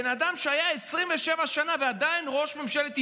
בן אדם שהיה 27 שנה ועדיין ראש ממשלת ישראל,